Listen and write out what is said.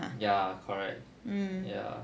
ya correct ya